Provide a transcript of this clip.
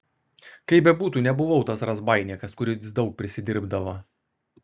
kaip bebūtų nebuvau tas razbaininkas kuris daug prisidirbdavo